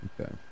Okay